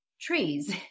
trees